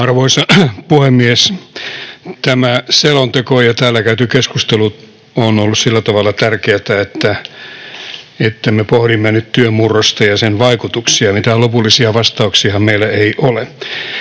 Arvoisa puhemies! Tämä selonteko ja täällä käyty keskustelu ovat olleet sillä tavalla tärkeitä, että me pohdimme nyt työn murrosta ja sen vaikutuksia. Mitään lopullisia vastauksiahan meillä ei ole.